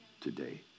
today